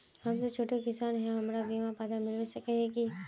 हम सब छोटो किसान है हमरा बिमा पात्र मिलबे सके है की?